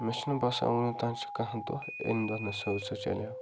مےٚ چھُنہٕ باسان وٕنیُک تام چھُ کانٛہہ دۄہ ییٚمۍ دۄہ نہٕ سیوٚد سُہ چلیو